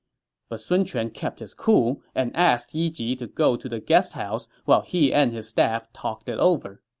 but sun quan kept his cool and asked yi ji to go to the guest house while he and his staff talked it over